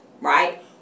right